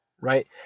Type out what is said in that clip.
right